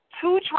two